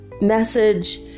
message